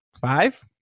Five